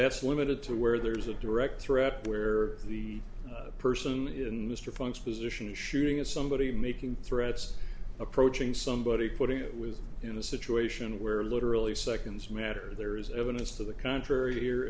that's limited to where there's a direct threat where the person is in mr funks position shooting at somebody making threats approaching somebody putting it was in a situation where literally seconds matter there is evidence to the contrary